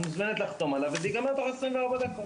את מוזמנת לחתום עליו וזה יגמר תוך 24 דקות.